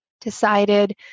decided